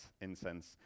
incense